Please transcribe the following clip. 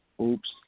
oops